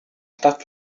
stadt